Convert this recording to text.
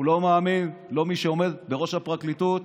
הוא לא מאמין לא במי שעומד בראש הפרקליטות